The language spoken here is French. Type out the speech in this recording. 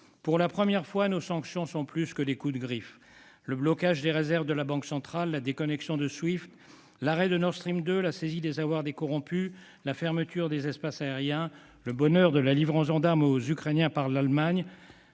Pour la première fois, nos sanctions sont plus que des coups de griffe. Elles comprennent le blocage des réserves de la banque centrale, la déconnexion du système Swift, l'arrêt de Nord Stream 2, la saisie des avoirs des corrompus, la fermeture des espaces aériens, le bonheur de la livraison d'armes aux Ukrainiens par l'Allemagne